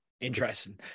Interesting